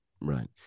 Right